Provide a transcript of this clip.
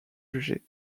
jugé